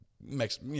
makes